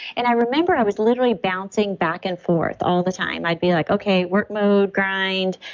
and i remember i was literally bouncing back and forth all the time i'd be like, okay, work mode, grind,